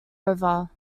river